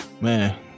Man